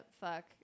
fuck